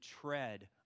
tread